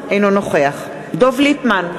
אינו נוכח דב ליפמן,